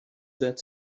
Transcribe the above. that